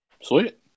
Sweet